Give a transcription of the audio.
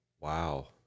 wow